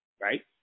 right